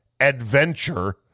Adventure